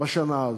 בשנה הזאת?